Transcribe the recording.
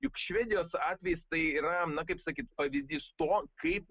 juk švedijos atvejis tai yra kaip sakyt pavyzdys to kaip